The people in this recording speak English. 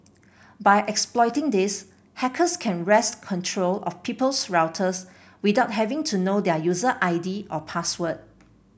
by exploiting this hackers can wrest control of people's routers without having to know their user I D or password